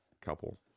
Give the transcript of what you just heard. couple